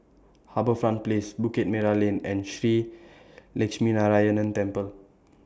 HarbourFront Place Bukit Merah Lane and Shree Lakshminarayanan Temple